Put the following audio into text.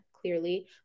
clearly